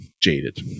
jaded